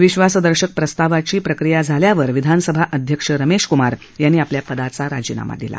विश्वासदर्शक प्रस्तावाची प्रक्रिया झाल्यावर विधानसभा अध्यक्ष रमेश कुमार यांनी आपल्या पदाचा राजीनामा दिला